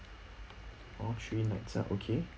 all three nights ah okay